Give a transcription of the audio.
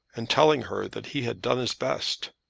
and telling her that he had done his best,